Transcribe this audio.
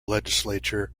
legislature